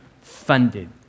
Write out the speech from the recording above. funded